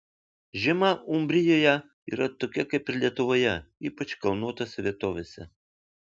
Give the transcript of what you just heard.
žiema umbrijoje yra tokia kaip ir lietuvoje ypač kalnuotose vietovėse